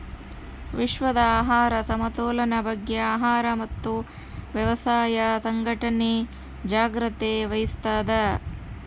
ವಿಶ್ವದ ಆಹಾರ ಸಮತೋಲನ ಬಗ್ಗೆ ಆಹಾರ ಮತ್ತು ವ್ಯವಸಾಯ ಸಂಘಟನೆ ಜಾಗ್ರತೆ ವಹಿಸ್ತಾದ